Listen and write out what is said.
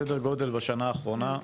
סדר גודל בשנה האחרונה,